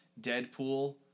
Deadpool